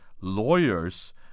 lawyers